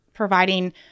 providing